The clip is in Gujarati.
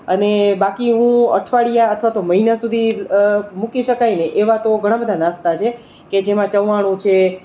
અને બાકી હું અઠવાડિયા અથવા તો મહિના સુધી મૂકી શકાયને એવા તો ઘણા બધા નાસ્તા છે કે જેમાં ચવાણું છે